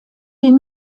die